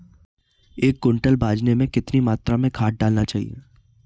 एक क्विंटल बाजरे में कितनी मात्रा में खाद डालनी चाहिए?